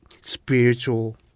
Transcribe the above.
spiritual